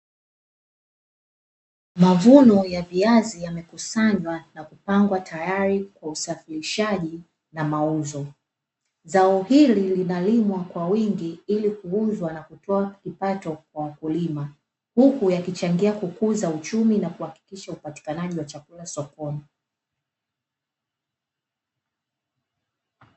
Mavuno ya viazi yamekusanywa na kupangwa tayari kwa usafirishaji na mauzo. Zao hili linalimwa kwa wingi ili kuuzwa na kutoa kipato kwa wakulima, huku yakichangia kukuza uchumi na kuhakikisha upatikanaji wa chakula sokoni.